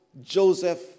Joseph